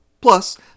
Plus